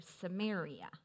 Samaria